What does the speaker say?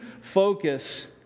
focus